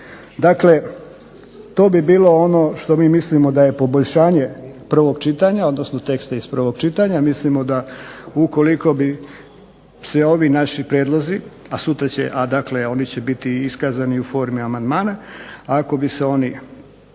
Dakle, to bi bilo ono što mi mislimo da je poboljšanje prvog čitanja, odnosno teksta iz prvog čitanja. Mislimo da ukoliko bi se ovi naši prijedlozi, a oni će biti iskazani u formi amandmana, ako bi se oni